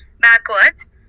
backwards